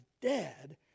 dead